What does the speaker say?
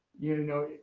you know,